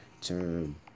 term